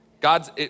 God's